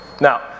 Now